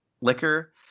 liquor